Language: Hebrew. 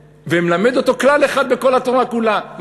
ומלמד אותו כלל אחד בכל התורה כולה,